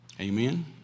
Amen